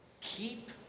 Keep